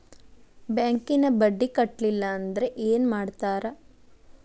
ಬ್ಯಾಂಕಿನ ಬಡ್ಡಿ ಕಟ್ಟಲಿಲ್ಲ ಅಂದ್ರೆ ಏನ್ ಮಾಡ್ತಾರ?